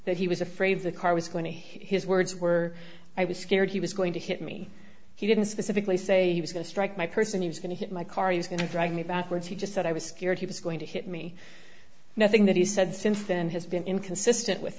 that he was afraid the car was going to his words were i was scared he was going to hit me he didn't specifically say he was going to strike my person he was going to hit my car he's going to drag me backwards he just said i was scared he was going to hit me nothing that he said since then has been inconsistent with